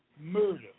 murder